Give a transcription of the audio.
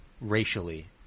racially